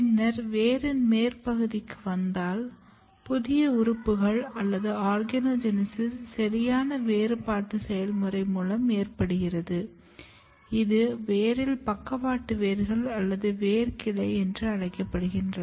பின்னர் வேரின் மேற்பகுதிக்கு வந்தால் புதிய உறுப்புகள் அல்லது ஆர்கனோஜெனிசிஸ் சரியான வேறுபாட்டின் செயல்முறை மூலம் ஏற்படுகிறது இது வேரில் பக்கவாட்டு வேர்கள் அல்லது வேர் கிளை என்று அழைக்கப்படுகிறது